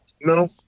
No